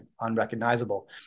unrecognizable